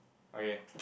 okay